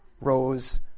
rose